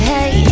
Hey